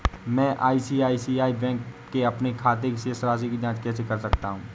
मैं ICICI bank के अपने खाते की शेष राशि की जाँच कैसे कर सकता हूँ?